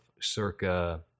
circa